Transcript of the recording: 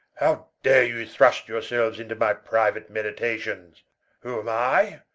how dare you thrust your selues into my priuate meditations? who am i?